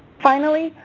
finally,